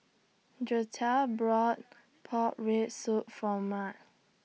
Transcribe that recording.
Gertie bought Pork Rib Soup For Maud